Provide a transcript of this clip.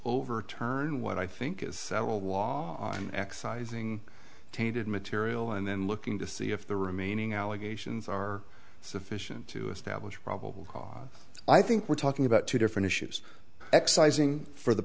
overturn what i think is a law on excising tainted material and then looking to see if the remaining allegations are sufficient to establish probable cause i think we're talking about two different issues excising for the